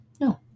No